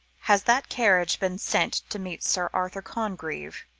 has that carriage been sent to meet sir arthur congreve?